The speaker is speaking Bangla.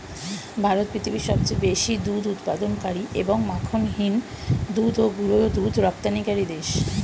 ভারত পৃথিবীর সবচেয়ে বেশি দুধ উৎপাদনকারী এবং মাখনহীন দুধ ও গুঁড়ো দুধ রপ্তানিকারী দেশ